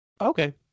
Okay